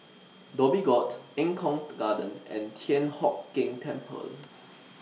Dhoby Ghaut Eng Kong Garden and Thian Hock Keng Temple